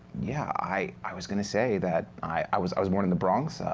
yeah, i i was going to say that i was i was born in the bronx.